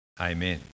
Amen